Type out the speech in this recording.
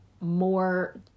more